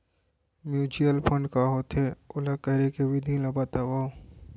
mutual fund का होथे, ओला करे के विधि ला बतावव